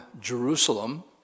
Jerusalem